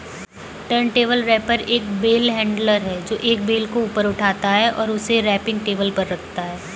turntable wrapper एक bale handler है, जो एक बेल को ऊपर उठाता है और उसे रैपिंग टेबल पर रखता है